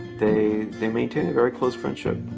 they they maintain a very close friendship,